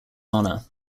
honor